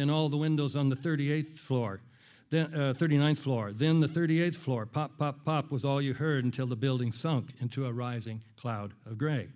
in all the windows on the thirty eighth floor then thirty ninth floor then the thirty eighth floor pop pop pop was all you heard until the building sunk into a rising cloud of gray